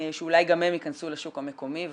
שאולי גם הם ייכנסו לשוק המקומי וכו'.